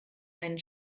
einen